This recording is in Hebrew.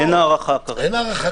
את ההחלטה